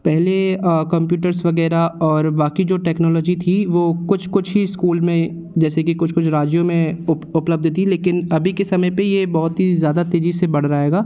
पहले कम्प्यूटर्स वगैरह और बाकी जो टेक्नोलोजी थी वह कुछ कुछ ही स्कूल में जैसे कि कुछ कुछ राज्यों में उपलब्ध थी लेकिन अभी के समय पर यह बहुत ही ज़्यादा तेज़ी से बढ़ रहा हैगा